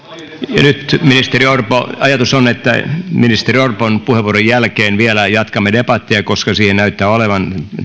nyt ministeri orpo ajatus on että ministeri orpon puheenvuoron jälkeen vielä jatkamme debattia koska siihen näyttää olevan